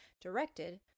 directed